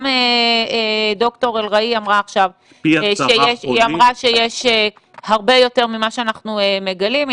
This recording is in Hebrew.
גם ד"ר אלרועי אמרה עכשיו שיש הרבה יותר ממה שאנחנו מגלים.